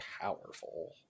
powerful